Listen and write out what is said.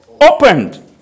opened